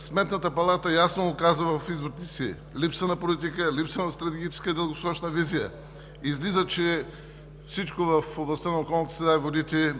Сметната палата ясно указва в изводите си: „Липса на политика, липса на стратегическа дългосрочна визия“. Излиза, че всичко в областта на околната среда и водите